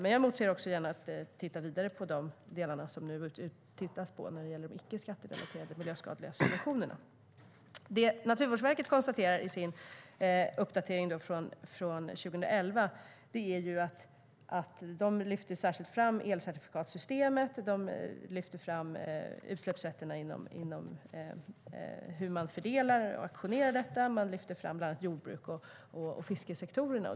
Men jag emotser också gärna att titta vidare på de delar som det nu tittas på när det gäller de icke skatterelaterade miljöskadliga subventionerna.I sin uppdatering från 2011 lyfter Naturvårdsverket särskilt fram elcertifikatssystemet, fördelningen och auktioneringen av utsläppsrätterna samt jordbrukssektorn och fiskesektorn.